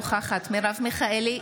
אינה נוכחת מרב מיכאלי,